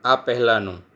આ પહેલાનું